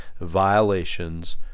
violations